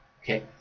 okay